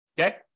Okay